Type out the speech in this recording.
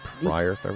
prior